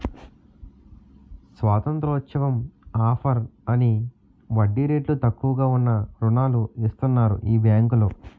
స్వతంత్రోత్సవం offer అని వడ్డీ రేట్లు తక్కువగా ఉన్న రుణాలు ఇస్తన్నారు ఈ బేంకులో